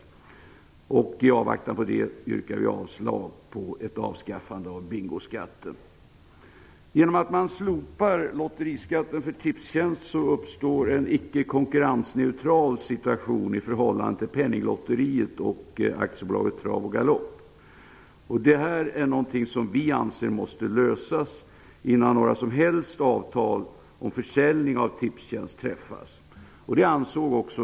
I avvaktan på det förslaget yrkar vi avslag på ett avskaffande av bingoskatten. Genom att man slopar lotteriskatten för Tipstjänst uppstår en icke konkurrensneutral situation i förhållande till Penninglotteriet och AB Trav och Det här är någonting som vi anser måste lösas innan några som helst avtal om försäljning av Tipstjänst träffas.